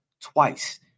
twice